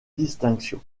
distinction